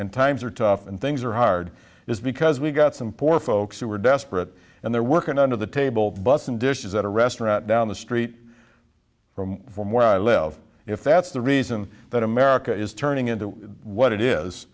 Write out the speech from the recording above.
and times are tough and things are hard is because we've got some poor folks who are desperate and they're working under the table bus and dishes at a restaurant down the street from where i live if that's the reason that america is turning into what it is